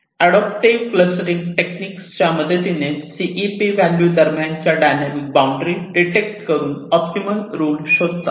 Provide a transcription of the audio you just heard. adaptive clustering technique मदतीने CEP value दरम्यानच्या dynamic boundary detect करून ऑप्टिमल रुल शोधतात